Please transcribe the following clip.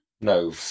No